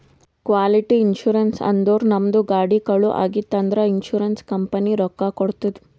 casualty insurance ಅಂದುರ್ ನಮ್ದು ಗಾಡಿ ಕಳು ಆಗಿತ್ತ್ ಅಂದ್ರ ಇನ್ಸೂರೆನ್ಸ್ ಕಂಪನಿ ರೊಕ್ಕಾ ಕೊಡ್ತುದ್